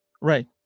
Right